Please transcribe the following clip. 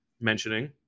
mentioning